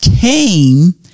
came